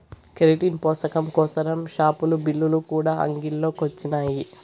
keratin పోసకం కోసరం షావులు, బిల్లులు కూడా అంగిల్లో కొచ్చినాయి